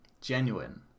genuine